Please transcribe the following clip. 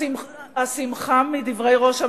השמחה מדברי ראש,